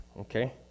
Okay